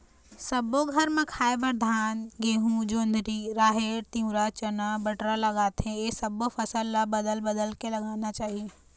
सब्बो घर म खाए बर धान, गहूँ, जोंधरी, राहेर, तिंवरा, चना, बटरा लागथे ए सब्बो फसल ल बदल बदल के लगाना चाही